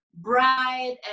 bright